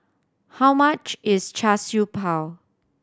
how much is Char Siew Bao